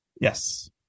Yes